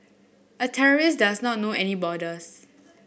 a terrorist does not know any borders